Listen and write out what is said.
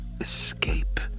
escape